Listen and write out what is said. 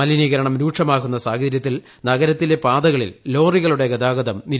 മലിനീകരണം രൂക്ഷമാകുന്ന സാഹചര്യത്തിൽ നഗരത്തിലെ പാതകളിൽ ലോറികളുടെ ഗതാഗതം നിരോധിക്കും